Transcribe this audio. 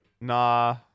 Nah